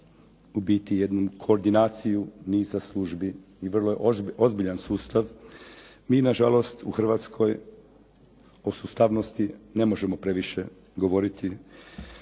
ubiti jednu koordinaciju niza službi i vrlo je ozbiljan sustav. Mi nažalost u Hrvatskoj o sustavnosti ne možemo previše govoriti